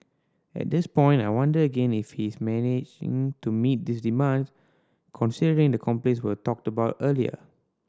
at this point I wonder again if he's managing to meet these demands considering the complaints we talked about earlier